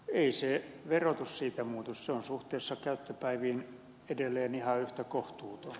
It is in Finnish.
ei se verotus siitä muutu se on suhteessa käyttöpäiviin edelleen ihan yhtä kohtuuton